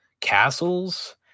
castles